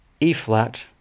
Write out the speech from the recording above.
E-flat